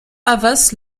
havas